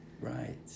right